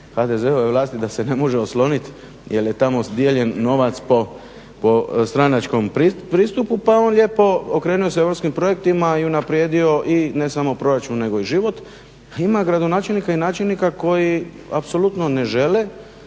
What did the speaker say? HDZ-ove vlasti da se ne može oslonit jer je tamo dijeljen novac po stranačkom pristupu pa je on lijepo okrenuo se europskim projektima i unaprijedio ne samo proračun nego i život. Ima gradonačelnika i načelnika koji apsolutno ne žele,